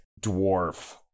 dwarf